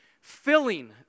filling